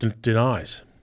denies